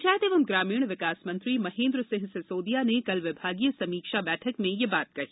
पंचायत एवं ग्रामीण विकास मंत्री महेन्द्र सिंह सिसोदिया ने कल विभागीय समीक्षा बैठक में ये बात कही